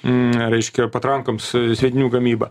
na reiškia patrankoms sviedinių gamybą